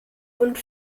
und